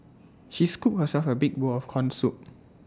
she scooped herself A big bowl of Corn Soup